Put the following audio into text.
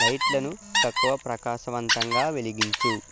లైట్లను తక్కువ ప్రకాశవంతంగా వెలిగించు